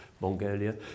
Mongolia